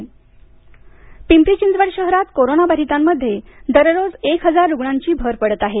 पिंचिं corona Pimpri Chinchwad शहरात corona बाधितांमध्ये दररोज एक हजार रुग्णांची भर पडत आहे